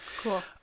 Cool